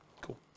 Cool